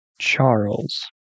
Charles